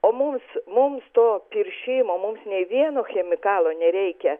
o mums mums to piršimo mums nei vieno chemikalo nereikia